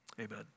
Amen